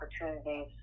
opportunities